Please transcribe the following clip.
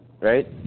right